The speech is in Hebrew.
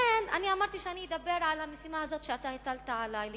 לכן אמרתי שאדבר על המשימה הזאת שאתה הטלת עלי,